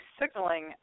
signaling